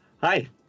Hi